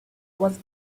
was